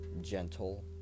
gentle